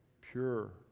Pure